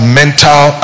mental